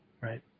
right